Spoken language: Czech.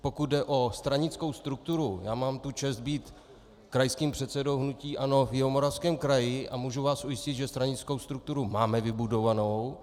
Pokud jde o stranickou strukturu, mám tu čest být krajským předsedou hnutí ANO v Jihomoravském kraji a můžu vás ujistit, že stranickou strukturu máme vybudovanou.